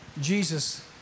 Jesus